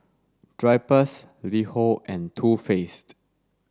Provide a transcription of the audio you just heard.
Drypers LiHo and Too Faced